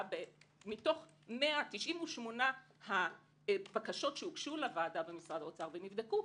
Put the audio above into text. מתוך 98 הבקשות שהוגשו לוועדה במשרד האוצר ובבדקו,